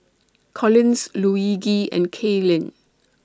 Collins Luigi and Kaylin